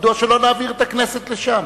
מדוע שלא נעביר את הכנסת לשם?